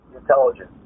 intelligence